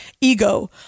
ego